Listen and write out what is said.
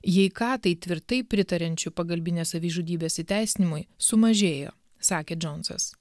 jei ką tai tvirtai pritariančių pagalbinės savižudybės įteisinimui sumažėjo sakė džonsas